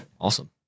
Awesome